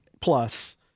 plus